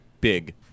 big